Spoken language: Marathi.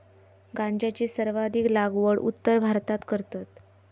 गांजाची सर्वाधिक लागवड उत्तर भारतात करतत